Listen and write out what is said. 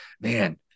man